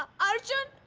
arjun,